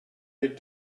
did